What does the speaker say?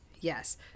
Yes